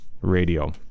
Radio